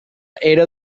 era